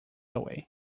away